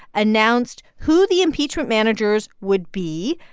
announced who the impeachment managers would be,